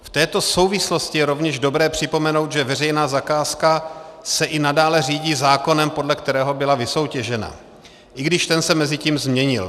V této souvislosti je rovněž dobré připomenout, že veřejná zakázka se i nadále řídí zákonem, podle kterého byla vysoutěžena, i když ten se mezitím změnil.